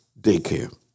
Daycare